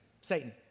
Satan